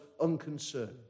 unconcerned